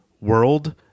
world